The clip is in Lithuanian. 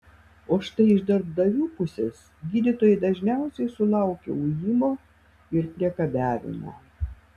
o štai iš darbdavių pusės gydytojai dažniausiai sulaukia ujimo ir priekabiavimo